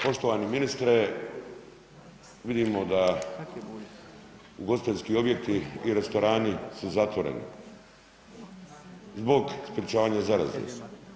Poštovani ministre, vidimo da ugostiteljski objekti i restorani su zatvoreni zbog sprječavanja zaraze.